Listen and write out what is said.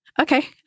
Okay